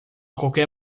qualquer